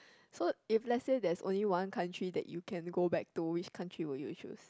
so if let's say there's only one country that you can go back to which country would you choose